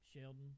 Sheldon